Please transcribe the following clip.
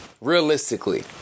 Realistically—